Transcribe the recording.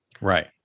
Right